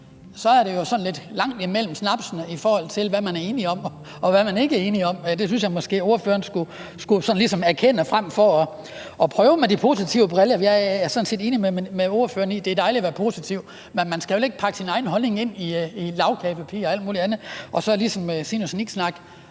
så er der jo sådan lidt langt imellem snapsene, i forhold til hvad man er enig om, og hvad man ikke er enig om. Det synes jeg måske at ordføreren ligesom skulle erkende frem for at tage de positive briller på. Jeg er sådan set enig med ordføreren i, at det er dejligt at være positiv, men man skal vel ikke pakke sin egen holdning ind i lagkagepapir og alt mulig andet og så ligesom komme